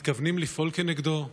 מתכוונים לפעול כנגדו?